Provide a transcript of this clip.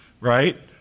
right